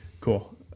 Cool